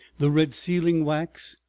the red sealing-wax,